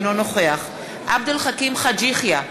אינו נוכח עבד אל חכים חאג' יחיא,